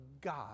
God